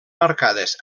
marcades